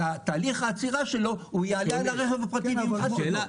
אלא שבתהליך העצירה שלו הוא יעלה על הרכב הפרטי וימחץ אותו.